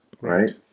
right